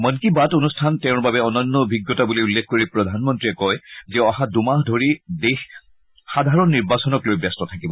মন কী বাত অনুষ্ঠান তেওঁৰ বাবে অনন্য অভিজ্ঞতা বুলি উল্লেখ কৰি প্ৰধানমন্ত্ৰীয়ে কয় যে অহা দুমাহ ধৰি দেশ সাধাৰণ নিৰ্বাচনক লৈ ব্যস্ত থাকিব